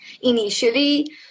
Initially